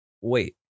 Wait